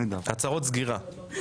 הצהרות סגירה.